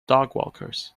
dogwalkers